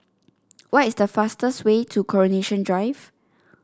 what is the fastest way to Coronation Drive